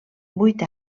vuit